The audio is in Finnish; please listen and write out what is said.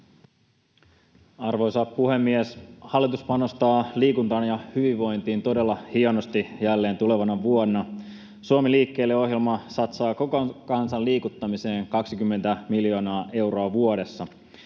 Arvoisa puhemies! Hallitus panostaa liikuntaan ja hyvinvointiin todella hienosti jälleen tulevana vuonna. Suomi liikkeelle -ohjelma satsaa koko kansan liikuttamiseen 20 miljoonaa euroa vuodessa.